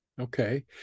Okay